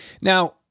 Now